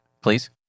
please